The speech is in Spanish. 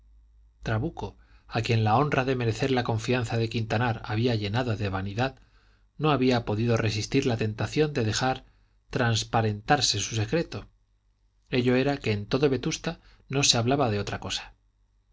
trabuco a quien la honra de merecer la confianza de quintanar había llenado de vanidad no había podido resistir la tentación de dejar transparentarse su secreto ello era que en todo vetusta no se hablaba de otra cosa